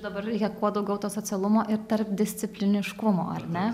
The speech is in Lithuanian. dabar kuo daugiau to socialumo ir tarpdiscipliniškumo ar ne